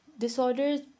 disorders